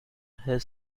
his